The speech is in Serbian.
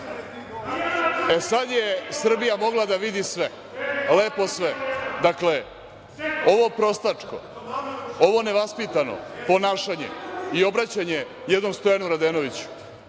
Sada je Srbija mogla da vidi sve. Lepo sve. Dakle, ovo prostačko, ovo nevaspitano ponašanje i obraćanje jednom Stojanu Radenoviću